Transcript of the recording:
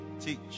Teach